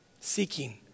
seeking